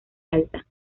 alta